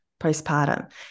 postpartum